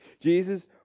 Jesus